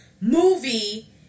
movie